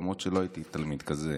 למרות שלא הייתי תלמיד כזה